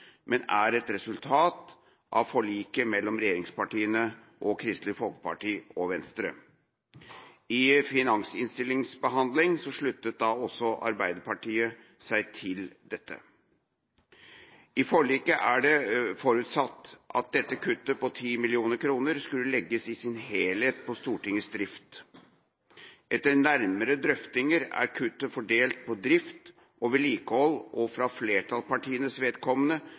men er et resultat av forliket mellom regjeringspartiene, Kristelig Folkeparti og Venstre. Under finansinnstillingsbehandlinga sluttet også Arbeiderpartiet seg til dette. I forliket var det forutsatt at dette kuttet på 10 mill. kr skulle legges i sin helhet på Stortingets drift. Etter nærmere drøftinger er kuttet fordelt på drift og vedlikehold og for flertallspartienes vedkommende